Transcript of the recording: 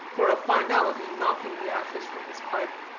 for a finality knocking the ashes from his pipe,